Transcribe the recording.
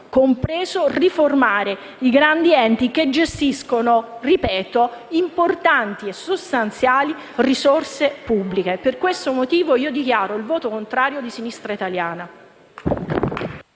di riformare i grandi enti che gestiscono - ripeto - importanti e sostanziali risorse pubbliche. Per questo motivo, dichiaro il voto contrario di Sinistra italiana.